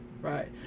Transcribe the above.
Right